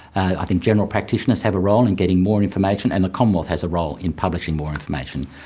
i think general practitioners have a role in getting more information, and the commonwealth has a role in publishing more information.